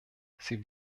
sie